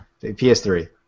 PS3